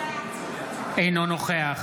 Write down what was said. אינו נוכח